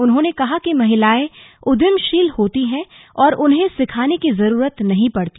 उन्होंने कहा कि महिलाएं उद्यमशील होती हैं और उन्हें सिखाने की जरूरत नहीं पड़ती